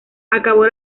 acabó